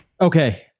Okay